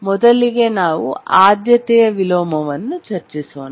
ಮೊದಲಿಗೆ ನಾವು ಆದ್ಯತೆಯ ವಿಲೋಮವನ್ನು ಚರ್ಚಿಸೋಣ